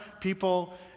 people